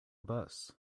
bus